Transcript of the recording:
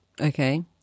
Okay